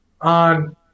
on